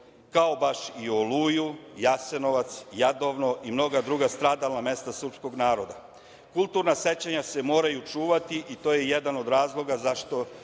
kao baš Oluju, Jasenovac, Jadovno i mnoga druga stradalna mesta srpskog naroda. Kulturna sećanja se moraju čuvati i to je jedan od razloga zašto